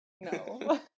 No